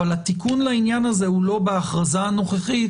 אבל התיקון לעניין הזה הוא לא בהכרזה הנוכחית